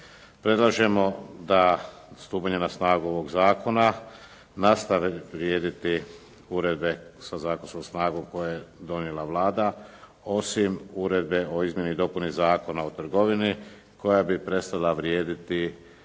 Predlažemo da stupanjem na snagu ovog zakona nastave vrijediti uredbe sa zakonskom snagom koje je donijela Vlada osim Uredbe o izmjeni i dopuni Zakona o trgovini koja bi prestala vrijediti stupanjem